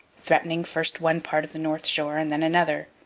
threatening first one part of the north shore and then another,